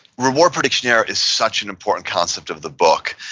reward prediction error is such an important concept of the book,